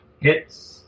hits